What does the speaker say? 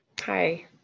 Hi